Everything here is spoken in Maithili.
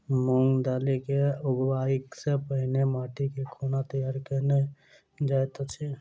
मूंग दालि केँ उगबाई सँ पहिने माटि केँ कोना तैयार कैल जाइत अछि?